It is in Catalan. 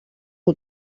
que